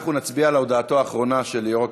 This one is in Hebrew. אנחנו נצביע על הודעתו האחרונה של יושב-ראש